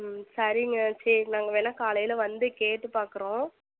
ம் சரிங்க சரி நாங்கள் வேணால் காலையில் வந்து கேட்டு பார்க்குறோம்